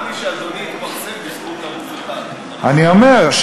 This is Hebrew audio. דומני שאדוני התפרסם בזכות ערוץ 1. אני אומר.